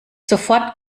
sofort